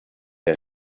das